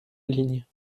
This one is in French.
lignes